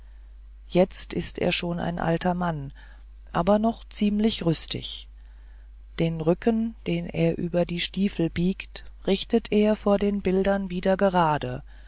jetzt ist er schon ein alter mann aber doch ziemlich rüstig den rücken den er über die stiefel biegt richtet er vor den bildern wieder gerade